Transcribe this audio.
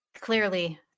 Clearly